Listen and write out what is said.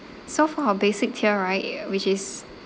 so for our basic tier right which is